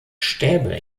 stäbe